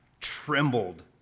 trembled